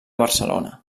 barcelona